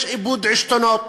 יש איבוד עשתונות.